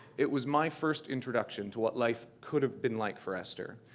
it was my first introduction to what life could have been like for esther.